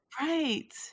right